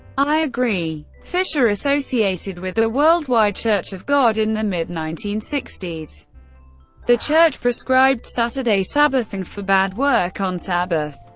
i agree. fischer associated with the worldwide church of god in the mid nineteen sixty the church prescribed saturday sabbath, and forbade work on sabbath.